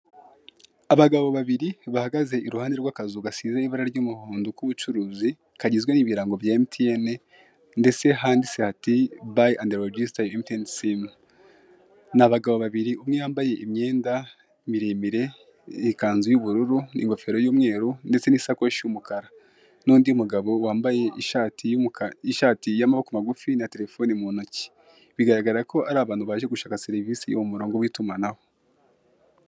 Abagabo babiri bahagaze i ruhande rw'akazu gasize ibara ry'umuhondo k'ubucuruzi kagizwe n'ibirango bya emutiyeni ndetse handitse hati bayi endi regisita yuwa emutiyeni simu, ni abagabo babiri umwe yambaye imyenda miremire ikanzu y'ubururu ingofero y'umweru ndetse n'isakoshi y'umukara n'undi mugabo wambaye ishati y'umukara, ishati y'amaboko magufi na terefone mu ntoki, bigaragara ko ari abantu baje gushaka serivisi y'uwo murongo w'itumanaho.